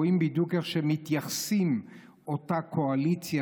רואים בדיוק איך מתייחסת אותה קואליציה